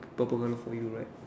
purple colour for you right